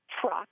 truck